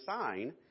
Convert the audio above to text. sign